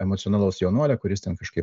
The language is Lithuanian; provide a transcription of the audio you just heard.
emocionalaus jaunuolio kuris ten kažkaip